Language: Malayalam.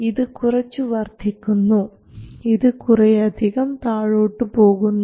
ഇത് കുറച്ചു വർധിക്കുന്നു ഇത് കുറെയധികം താഴോട്ടു പോകുന്നു